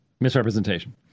misrepresentation